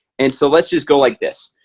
and so let's just go like this.